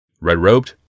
Red-robed